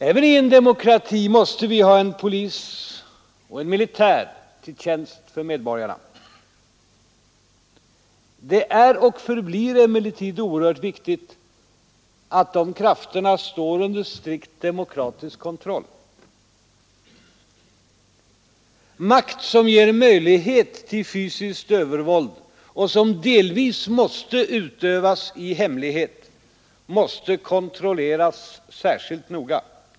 Även i en demokrati måste vi ha en polis och en militär till tjänst för medborgarna. Det är och förblir emellertid oerhört viktigt att dessa krafter står under strikt demokratisk kontroll. Makt som ger möjlighet till fysiskt övervåld och som delvis måste utövas i hemlighet måste kontrolleras särskilt noga.